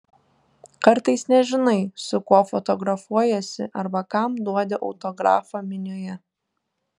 kartais nežinai su kuo fotografuojiesi arba kam duodi autografą minioje